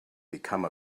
become